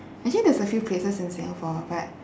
actually there's a few places in singapore but